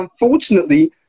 unfortunately